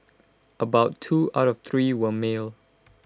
about two out of three were male